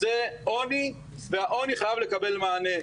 זה עוני, והעוני חייב לקבל מענה.